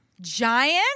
Giant